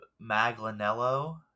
Maglinello